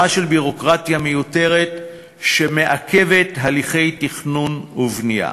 של ביורוקרטיה מיותרת שמעכבת הליכי תכנון ובנייה.